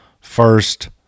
first